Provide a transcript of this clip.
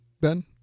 Ben